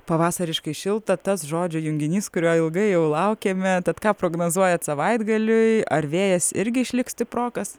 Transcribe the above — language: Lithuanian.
pavasariškai šilta tas žodžių junginys kurio ilgai jau laukėme tad ką prognozuojat savaitgaliui ar vėjas irgi išliks stiprokas